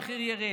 המחיר ירד?